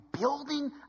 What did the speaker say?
building